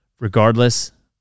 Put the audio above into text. regardless